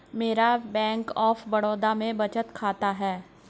मेरा bank of Baroda में बचत खाता है